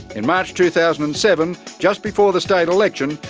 in march, two thousand and seven, just before the state election,